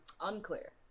Unclear